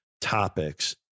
topics